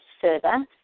further